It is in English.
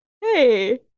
hey